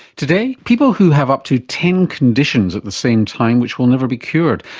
today, people who have up to ten conditions at the same time which will never be cured.